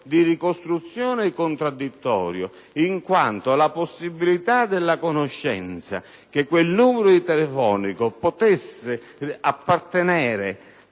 di ricostruzione contraddittoria in quanto la possibilità della conoscenza che quel numero telefonico appartenesse